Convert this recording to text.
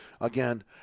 Again